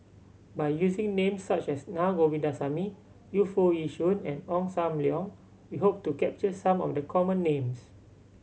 by using names such as Naa Govindasamy Yu Foo Yee Shoon and Ong Sam Leong we hope to capture some of the common names